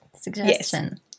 suggestion